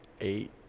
eight